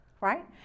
right